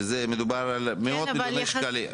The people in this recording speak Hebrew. ומדובר במאות מיליוני שקלים.